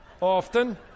often